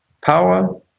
power